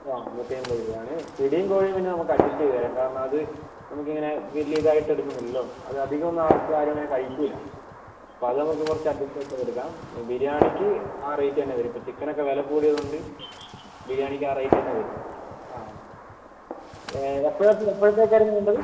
അ നൂറ്റിഅയിമ്പത് രൂപയാണ് പിടിയും കോഴിയും പിന്നെ നമുക്ക് അഡ്ജസ്റ്റ് ചെയ്ത് തരാം കാരണം അത് നമുക്കിങ്ങനെ വലിയ ഇതായിട്ട് എടുക്കുന്നില്ലല്ലോ അത് അധികം ആർക്കും അങ്ങനെ കഴിക്കില്ല അപ്പോൾ നമുക്ക് കുറച്ച് അഡ്ജസ്റ്റ് ആക്കീട്ടെടുക്കാം ബിരിയാണിക്ക് ആ റേറ്റന്നെ വരും ഇപ്പോ ചിക്കനൊക്കെ വില കൂടിയതുകൊണ്ട് ബിരിയാണിക്ക് ആ റേറ്റന്നെ വരും അ എപ്പഴത്ത് എപ്പോഴത്തേക്കായിരുന്നു വേണ്ടത്